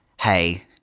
hey